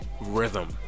rhythm